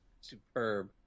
superb